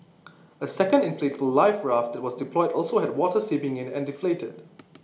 A second inflatable life raft that was deployed also had water seeping in and deflated